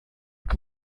que